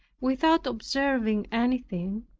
without observing anything.